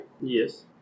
Yes